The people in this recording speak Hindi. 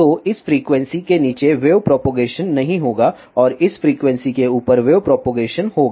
तो इस फ्रीक्वेंसी के नीचे वेव प्रोपगेशन नहीं होगा और इस फ्रीक्वेंसी के ऊपर वेव प्रोपगेशन होगा